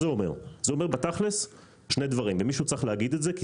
זה אומר בתכל'ס שני דברים ומישהו צריך להגיד את זה כי